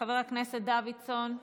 חבר הכנסת דוידסון,